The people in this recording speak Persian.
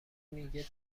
میگه